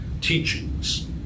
teachings